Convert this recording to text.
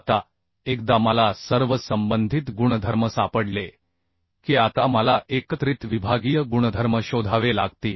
आता एकदा मला सर्व संबंधित गुणधर्म सापडले की आता मला एकत्रित विभागीय गुणधर्म शोधावे लागतील